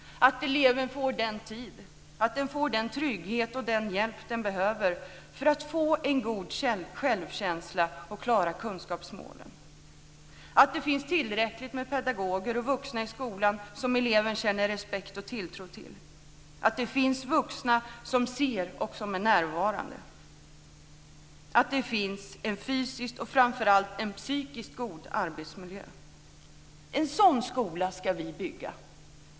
Eleven måste få den tid, trygghet och hjälp den behöver för att få en god självkänsla och klara kunskapsmålen. Det måste finnas tillräckligt med pedagoger och vuxna i skolan som eleven känner respekt för och tilltro till. Det måste finnas vuxna som ser och som är närvarande. Det måste finnas en fysiskt och framför allt psykiskt god arbetsmiljö. En sådan skola ska vi bygga.